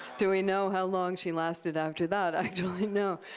do we know how long she lasted after that? actually, no.